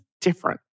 different